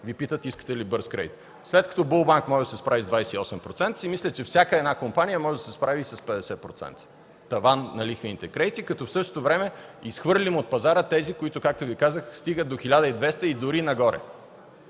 Ви питат искате ли бърз кредит. След като Булбанк може да се справи с 28%, все мисля, че всяка една компания може да се справи и с 50% таван на лихвените кредити, като в същото време изхвърлим от пазара тези, които, както Ви казах, стигат до 1200 и дори нагоре.